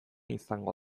izango